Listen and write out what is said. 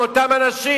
מאותם אנשים.